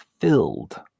filled